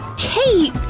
hey!